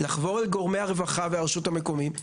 כדי לחבור לגורמי הרווחה והרשות המקומית,